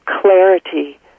clarity